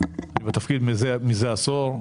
אני בתפקיד מזה עשור,